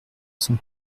sont